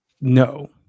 No